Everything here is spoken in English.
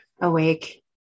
Awake